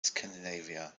scandinavia